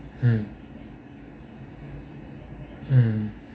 mm mm